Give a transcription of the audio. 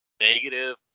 negative